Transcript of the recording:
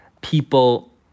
people